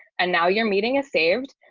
and now your meeting is saved,